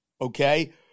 okay